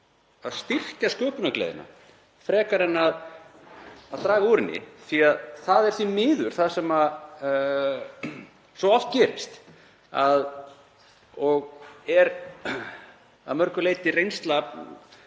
að styrkja sköpunargleðina frekar en að draga úr henni. Það er því miður það sem svo oft gerist, og er að mörgu leyti bara